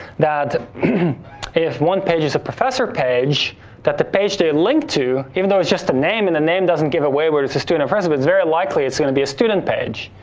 that if one page is a professor page that the page they link to, even though it's just a name, and the name doesn't give away whether it's a student, it's very likely it's gonna be a student page,